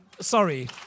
sorry